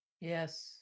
Yes